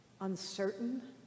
uncertain